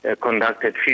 conducted